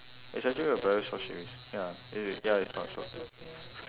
it's actually a very short series ya eh wait ya it's not short